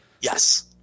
Yes